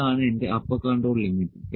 ഇതാണ് എന്റെ upper control limit